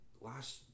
last